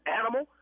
animal